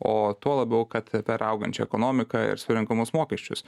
o tuo labiau kad per augančią ekonomiką ir surenkamus mokesčius